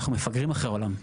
אנחנו מפגרים אחרי העולם.